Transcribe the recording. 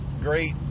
great